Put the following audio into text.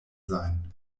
sein